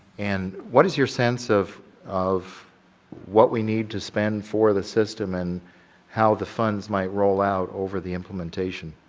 and what is your sense of of what we need to spend for the system and how the funds might roll out over the implementation?